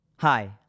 Hi